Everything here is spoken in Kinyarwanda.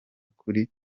kuri